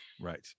Right